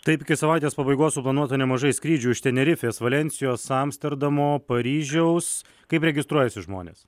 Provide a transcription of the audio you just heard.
taip iki savaitės pabaigos suplanuota nemažai skrydžių iš tenerifės valensijos amsterdamo paryžiaus kaip registruojasi žmonės